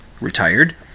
retired